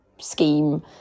scheme